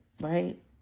right